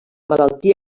malaltia